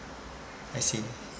I see